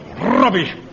rubbish